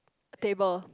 table